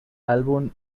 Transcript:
álbum